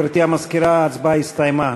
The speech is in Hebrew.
גברתי המזכירה, ההצבעה הסתיימה.